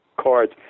cards